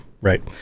right